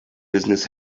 business